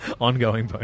Ongoing